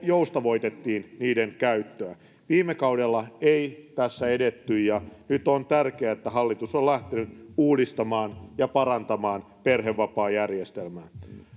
joustavoitettiin niiden käyttöä viime kaudella ei tässä edetty nyt on tärkeää että hallitus on lähtenyt uudistamaan ja parantamaan perhevapaajärjestelmää